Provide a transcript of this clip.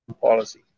policy